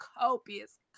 copious